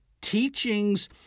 teachings